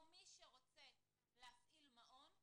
מי שרוצה להפעיל מעון,